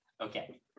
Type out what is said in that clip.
Okay